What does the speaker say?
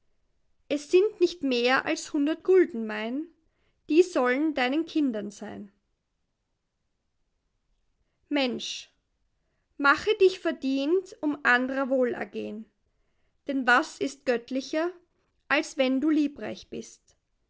es sind nicht mehr als hundert gulden mein die sollen deinen kindern sein mensch mache dich verdient um andrer wohlergehen denn was ist göttlicher als wenn du liebreich bist